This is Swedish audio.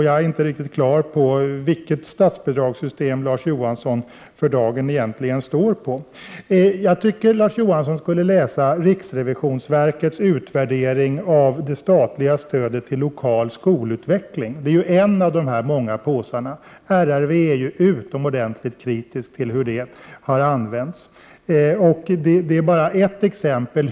Jag är inte riktigt klar över vilket statsbidragssystem Larz Johansson för dagen egentligen står för. Jag tycker att Larz Johansson skall läsa riksrevisionsverkets utvärdering av det statliga stödet till lokal skolutveckling. Det är en av dessa många ”påsar”. RRV är ju utomordentligt kritisk till, hur det stödet har använts.